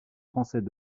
français